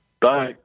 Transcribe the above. Bye